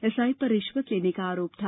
SI पर रिश्वत लेने का आरोप था